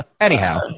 Anyhow